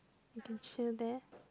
you can chill there